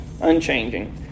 unchanging